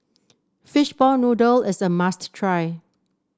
Fishball Noodle is a must try